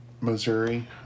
Missouri